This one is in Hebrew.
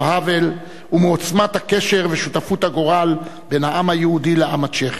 האוול ומעוצמת הקשר ושותפות הגורל בין העם היהודי לעם הצ'כי,